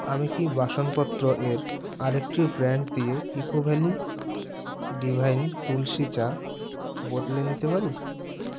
আমি কি বাসনপত্র এর আরেকটি ব্র্যান্ড দিয়ে ইকো ভ্যালি ডিভাইন তুলসি চা বদলে নিতে পারি